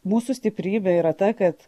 mūsų stiprybė yra ta kad